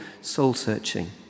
soul-searching